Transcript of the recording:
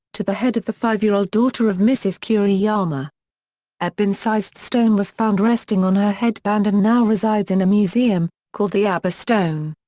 to the head of the five-year-old daughter of mrs. kuriyama a bean-sized stone was found resting on her headband and now resides in a museum, called the aba stone.